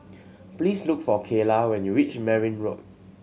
please look for Kaylah when you reach Merryn Road